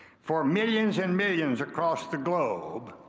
for millions and millions across the globe,